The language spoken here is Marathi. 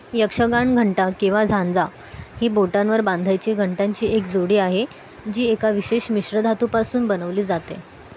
यक्षगान घंटा किंवा झांजा ही बोटांवर बांधायची घंटांची एक जोडी आहे जी एका विशेष मिश्रधातूपासून बनवली जाते